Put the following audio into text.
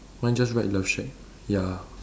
mine just write love shack ya